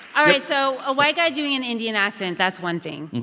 all right. so a white guy doing an indian accent that's one thing.